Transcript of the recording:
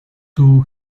two